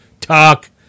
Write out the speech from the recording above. talk